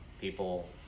people